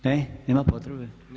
Ne, nema potrebe.